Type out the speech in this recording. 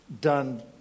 done